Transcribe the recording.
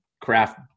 craft